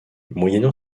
moyennant